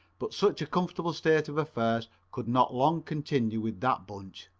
but such a comfortable state of affairs could not long continue with that bunch.